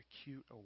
acute